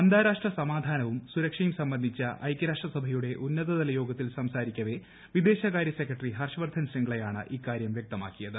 അന്താരാഷ്ട്ര സമാധാനവും സൂരക്ഷയും സംബന്ധിച്ച ഐക്യരാഷ്ട്രസഭയുടെ ഉന്നതതല യോഗത്തിൽ സംസാരിക്കവേ വിദേശകാര്യ സെക്രട്ടറി വർധൻ ഹർഷ് ശ്രിംഗ്ളയാണ് ഇക്കാര്യം വ്യക്തമാക്കിയത്